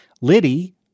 Liddy